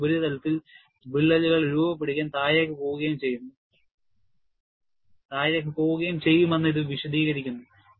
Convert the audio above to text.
അതിനാൽ ഉപരിതലത്തിൽ വിള്ളലുകൾ രൂപപ്പെടുകയും താഴേക്ക് പോകുകയും ചെയ്യുമെന്ന് ഇത് വിശദീകരിക്കുന്നു